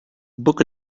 book